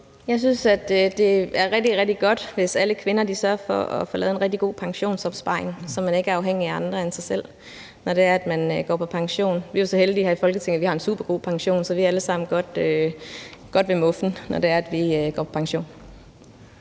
Jeg synes, at det er rigtigt, rigtig godt, hvis alle kvinder sørger for at få lavet en rigtig god pensionsopsparing, så man ikke er afhængige af andre end sig selv, når det er, at man går på pension. Vi er jo så heldige her i Folketinget, at vi har en supergod pension, så vi er alle sammen godt ved muffen, når det er, at vi går på pension.